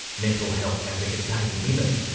mental health advocate, david mithen,